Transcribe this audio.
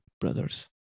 brothers